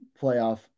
playoff –